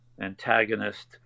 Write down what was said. antagonist